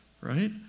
right